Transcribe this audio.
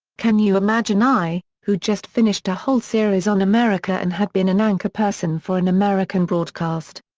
can you imagine i, who just finished a whole series on america and had been an anchorperson for an american broadcast.